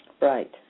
Right